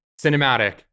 cinematic